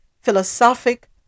philosophic